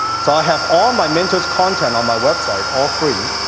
so, i have all my mentor's content on my website, all free.